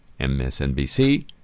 MSNBC